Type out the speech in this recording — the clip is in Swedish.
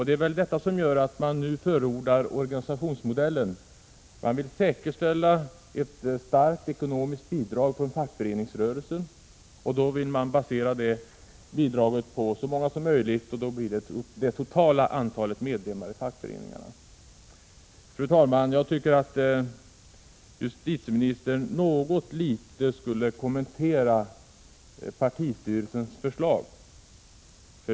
Det är väl detta att man vill säkerställa ett starkt ekonomiskt bidrag från fackföreningsrörelsen som gör att man nu förordar organisationsmodellen och att man vill basera bidraget på så många som möjligt, dvs. på det totala antalet medlemmar i fackföreningarna. Fru talman! Jag anser att justitieministern något litet borde kommentera partistyrelsens förslag.